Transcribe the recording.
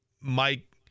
Mike